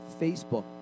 Facebook